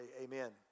Amen